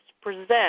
present